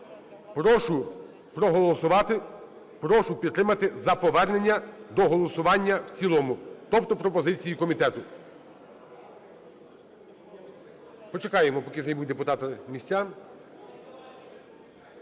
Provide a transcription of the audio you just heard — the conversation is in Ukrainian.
Прошу проголосувати, прошу підтримати за повернення до голосування в цілому, тобто пропозиції комітету. Почекаємо, поки займуть депутати місця.